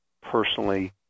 personally